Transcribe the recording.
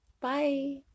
Bye